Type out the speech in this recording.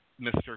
Mr